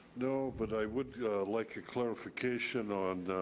no, but i would like a clarification on,